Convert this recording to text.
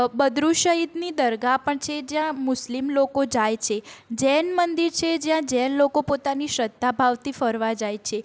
બદરુ સઇદની દરગાહ પણ છે જ્યાં મુસ્લિમ લોકો જાય છે જૈન મંદિર છે જ્યાં જૈન લોકો પોતાની શ્રદ્ધા ભાવથી ફરવા જાય છે